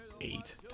eight